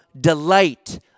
delight